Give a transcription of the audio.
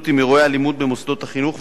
עם אירועי אלימות במוסדות החינוך.